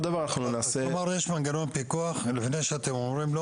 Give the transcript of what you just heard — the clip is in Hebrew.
כלומר, יש מנגנון פיקוח לפני שאתם מאשרים.